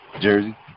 Jersey